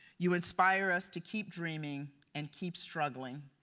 you inspire us to keep dreaming, and keep struggling,